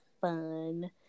fun